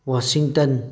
Washington